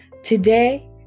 Today